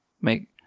make